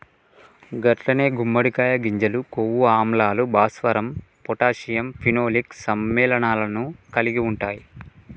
గట్లనే గుమ్మడికాయ గింజలు కొవ్వు ఆమ్లాలు, భాస్వరం పొటాషియం ఫినోలిక్ సమ్మెళనాలను కలిగి ఉంటాయి